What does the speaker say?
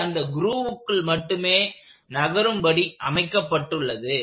இது அந்த க்ரூவுக்குள் மட்டுமே நகரும்படி அமைக்கப்பட்டுள்ளது